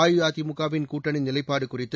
அஇஅதிமுகவின் கூட்டணி நிலைப்பாடு குறித்து